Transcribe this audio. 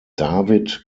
david